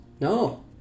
no